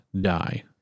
die